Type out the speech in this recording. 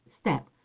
step